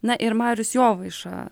na ir marius jovaiša